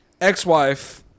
ex-wife